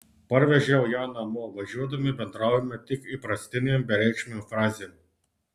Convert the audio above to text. parvežiau ją namo važiuodami bendravome tik įprastinėm bereikšmėm frazėm